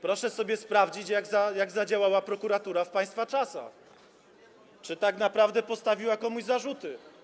Proszę sobie sprawdzić, jak zadziałała prokuratura w państwa czasach, czy tak naprawdę postawiła komuś zarzuty.